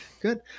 Good